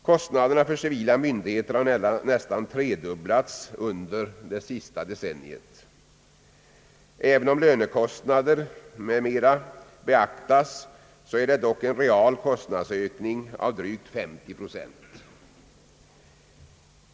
Kostnaderna för civila myndigheter har nästan tredubblats under det sista decenniet. även om lönekostnader m.m. beaktas, är det dock en real kostnadsökning av drygt 30 procent.